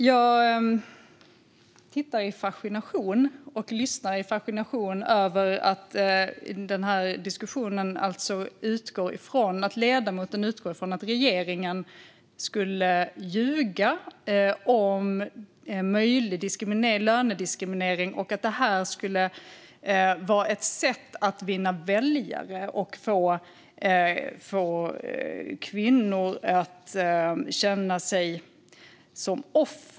Fru talman! Jag tittar och lyssnar i fascination över att ledamoten alltså utgår från att regeringen skulle ljuga om möjlig lönediskriminering och att detta skulle vara ett sätt att vinna väljare och få kvinnor att känna sig som offer.